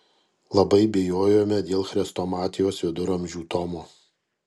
labai bijojome dėl chrestomatijos viduramžių tomo